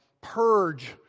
purge